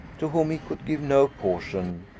to whom he could give no portion,